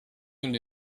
only